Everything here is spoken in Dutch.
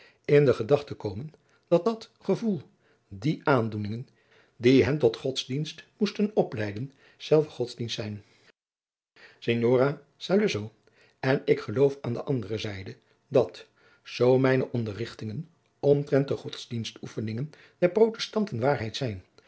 in de gedachten komen dat dat gevoel die aandoeningen die hen tot godsdienst moesten opleiden zelve godsdienst zijn signora saluzzo en ik geloof aan de andere zijde dat zoo mijne onderrigtingen omtrent de godsdienstoefeningen der protestanten waarheid zijn